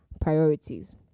priorities